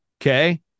Okay